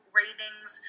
ratings